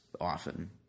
often